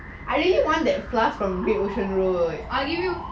I didn't want that class from great ocean road